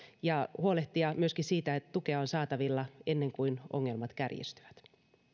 ja huolehtia myöskin siitä että tukea on saatavilla ennen kuin ongelmat kärjistyvät